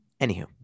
anywho